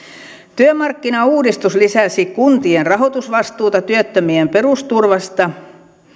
työmarkkinauudistus lisäsi kuntien rahoitusvastuuta työttömien perusturvasta